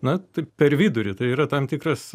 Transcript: na tai per vidurį tai yra tam tikras